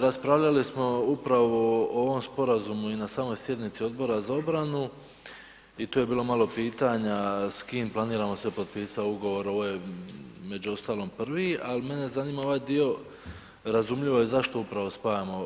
Raspravljali smo upravo o ovom sporazumu i na samoj sjednici Odbora za obranu i to je bilo malo pitanja s kim planiramo sve potpisati ugovor ovaj među ostalom prvi, ali mene zanima ovaj dio, razumljivo je zašto upravo spajamo,